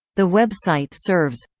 the website serves